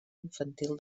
infantil